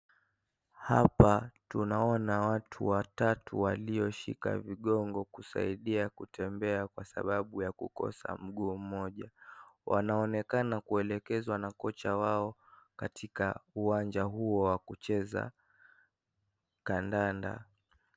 Hapa tunaona watu watatu walioshika vikongo kusaidia kutembea Kwa sababu ya kukosa mguu moja. Wanaonekana kuelekezwa na kocha wao katika uwanja huo wa kucheza kandanda.